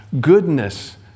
Goodness